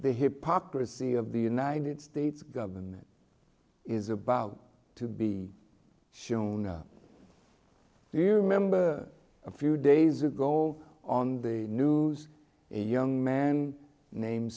the hypocrisy of the united states government is about to be shown up to remember a few days ago on the news a young man named